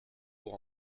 pour